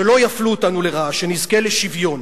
שלא יפלו אותנו לרעה, שנזכה לשוויון.